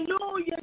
Hallelujah